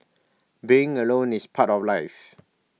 being alone is part of life